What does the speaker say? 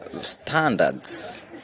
standards